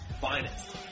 finest